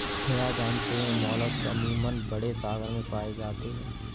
भैया जानते हैं मोलस्क अमूमन बड़े सागर में पाए जाते हैं